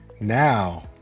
Now